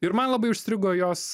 ir man labai užstrigo jos